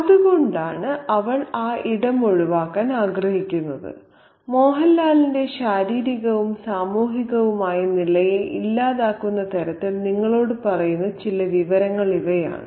അതുകൊണ്ടാണ് അവൾ ആ ഇടം ഒഴിവാക്കാൻ ആഗ്രഹിക്കുന്നത് മോഹൻലാൽന്റെ ശാരീരികവും സാമൂഹികവുമായ നിലയെ ഇല്ലാതാക്കുന്ന തരത്തിൽ നിങ്ങളോട് പറയുന്ന ചില വിവരങ്ങൾ ഇവയാണ്